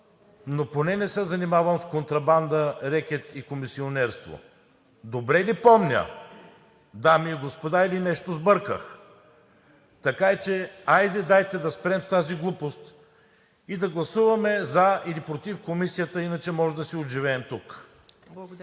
но поне не се занимавам с контрабанда, рекет и комисионерство.“ Добре ли помня, дами и господа, или нещо сбърках? Така че хайде да спрем с тази глупост и да гласуваме „за“ или „против“ комисията иначе може да си отживеем тук.